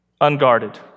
unguarded